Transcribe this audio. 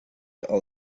all